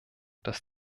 dass